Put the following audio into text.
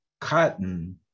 cotton